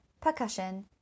percussion